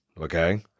okay